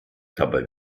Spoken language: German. dabei